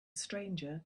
stranger